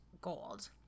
gold